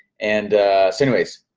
and so anyways,